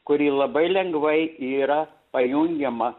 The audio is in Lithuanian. kuri labai lengvai yra pajungiama